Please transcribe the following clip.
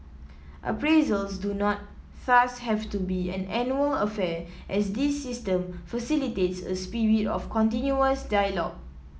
appraisals do not thus have to be an annual affair as this system facilitates a spirit of continuous dialogue